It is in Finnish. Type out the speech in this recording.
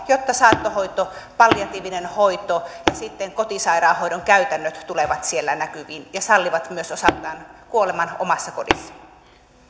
jotta saattohoito palliatiivinen hoito ja kotisairaanhoidon käytännöt tulevat siellä näkyviin ja sallivat myös osaltaan kuoleman omassa kodissa